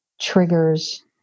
triggers